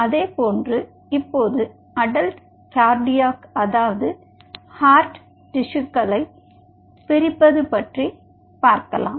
அதேபோன்று இப்போது adult cardiac அதாவது ஹார்ட் ஹார்ட் திசுக்களை பிரிப்பது பற்றி பார்க்கலாம்